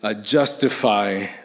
justify